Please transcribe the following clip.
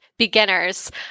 beginners